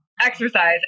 exercise